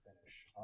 finish